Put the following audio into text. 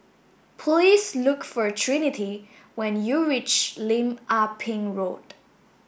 please look for Trinity when you reach Lim Ah Pin Road